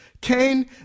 Cain